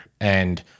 And-